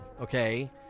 okay